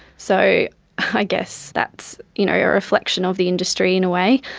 so i guess that's you know yeah a reflection of the industry, in a way.